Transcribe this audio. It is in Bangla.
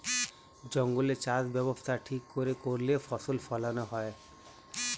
জঙ্গলে চাষ ব্যবস্থা ঠিক করে করলে ফসল ফোলানো হয়